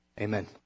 Amen